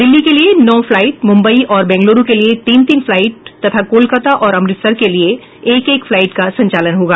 दिल्ली के लिये नौ फ्लाइट मुम्बई और बेंगलुरू के लिये तीन तीन फ्लाइट तथा कोलकाता और अमृतसर के लिये एक एक फ्लाइट का संचालन होगा